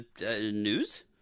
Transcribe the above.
news